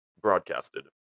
broadcasted